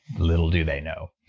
little do they know.